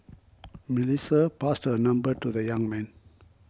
Melissa passed her number to the young man